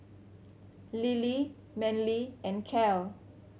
Lilie Manly and Cal